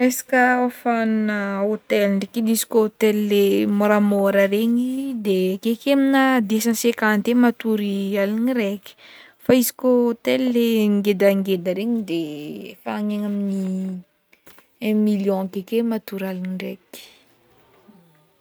Resaka hofana hotel ndraiky edy izy ko le môramôra regny de akeke amna deux cent cinquante eo matory alina raiky izy koa le hotel ngedangeda regny de efa agny amny un million akeke matory aligny ndraiky.